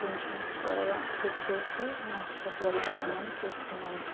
కొంచెం త్వరగా చెక్ చేసి నాకు చెప్ప గలుగుతారేమో అని చూస్తున్నాను